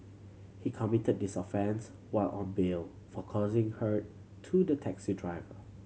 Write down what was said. he committed this offence while on bail for causing hurt to the taxi driver